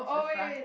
the front